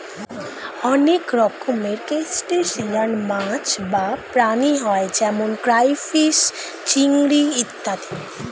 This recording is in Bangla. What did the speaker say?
অনেক রকমের ক্রাস্টেশিয়ান মাছ বা প্রাণী হয় যেমন ক্রাইফিস, চিংড়ি ইত্যাদি